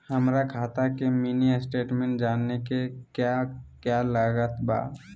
हमरा खाता के मिनी स्टेटमेंट जानने के क्या क्या लागत बा?